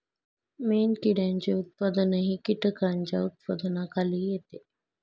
मेणकिड्यांचे उत्पादनही कीटकांच्या उत्पादनाखाली येते